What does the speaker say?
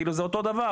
זה אותו דבר,